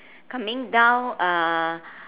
coming down uh